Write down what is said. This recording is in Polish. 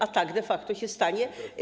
A tak de facto się stanie.